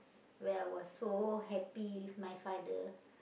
where I was so happy with my father